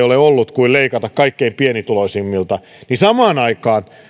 ole ollut muita mahdollisuuksia kuin leikata kaikkein pienituloisimmilta samaan aikaan